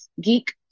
geek